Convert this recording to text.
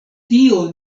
tio